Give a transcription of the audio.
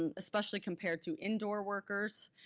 and especially compared to indoor workers.